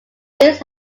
these